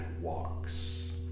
walks